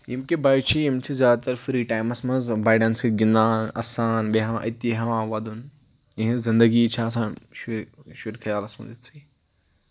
یِم کہِ بچہِ چھِ یِم چھِ زیادٕ تر فِری ٹایمَس منٛز بَڑٮ۪ن سۭتۍ گِںٛدان اَسان بیٚہوان أتی ہٮ۪وان وَدُن یِہٕنٛز زندگی چھِ آسان شُرۍ شُرۍ خیالَس منٛز یِژھٕے